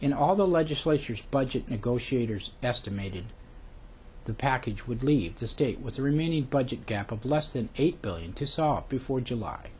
in all the legislature's budget negotiators estimated the package would leave the state with the remaining budget gap of less than eight billion to soft before july